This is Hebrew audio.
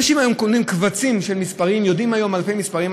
אנשים קונים היום קבצים של מספרים ויודעים אלפי מספרים.